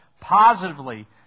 positively